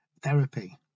therapy